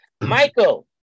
Michael